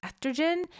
estrogen